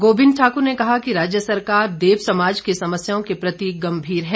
गोविंद ठाकुर ने कहा कि राज्य सरकार देव समाज की समस्याओं के प्रति गंभीर है